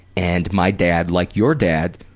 and my dad, like your dad,